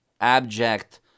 abject